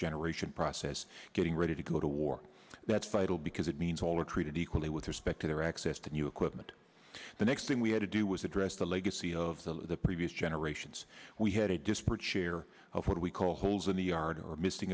generation process getting ready to go to war that's vital because it means all are treated equally with respect to their access to new equipment the next thing we had to do was address the legacy of the previous generations we had a disparate share of what we call holes in the yard or missing